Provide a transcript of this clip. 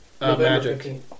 magic